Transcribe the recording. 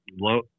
low